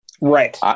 Right